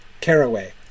caraway